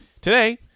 Today